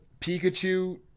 Pikachu